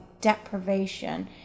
deprivation